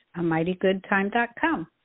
amightygoodtime.com